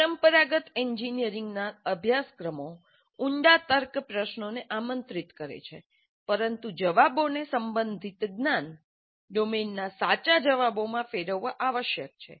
પરંપરાગત એન્જિનિયરિંગના અભ્યાસક્રમો ઉંડા તર્ક પ્રશ્નોને આમંત્રિત કરે છે પરંતુ જવાબોને સંબંધિત જ્ઞાન ડોમેનના 'સાચા' જવાબોમાં ફેરવવા આવશ્યક છે